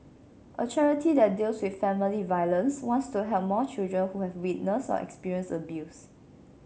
a charity that deals with family violence wants to help more children who have witnessed or experienced abuse